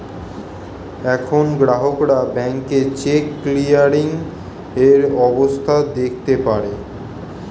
এখন গ্রাহকরা ব্যাংকে চেক ক্লিয়ারিং এর অবস্থা দেখতে পারে